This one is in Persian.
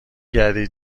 کردی